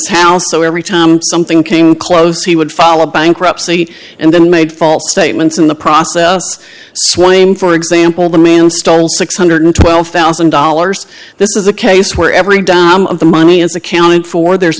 house so every time something came close he would follow bankruptcy and then made false statements in the process swaim for example the man stole six hundred and twelve thousand dollars this is a case where every dime of the money is accounted for there's